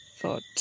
thought